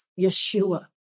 Yeshua